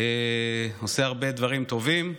עושה הרבה דברים טובים,